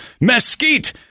mesquite